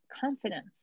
confidence